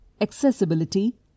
accessibility